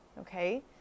okay